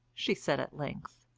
she said at length.